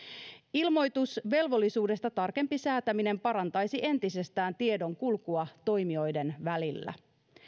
ilmoitusvelvollisuuden tarkempi säätäminen parantaisi entisestään tiedonkulkua toimijoiden välillä